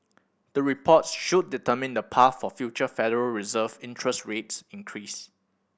the reports should determine the path for future Federal Reserve interest rates increase